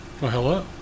hello